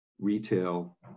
retail